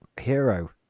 hero